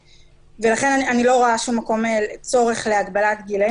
לכן אני לא רואה שום צורך להגבלת גילאים.